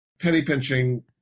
penny-pinching